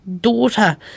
daughter